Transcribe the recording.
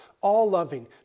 all-loving